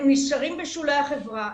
הם נשארים בשולי החברה,